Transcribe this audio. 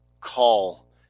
call